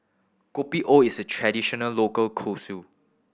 Kopi O is a traditional local cuisine